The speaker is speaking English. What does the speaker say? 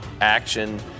action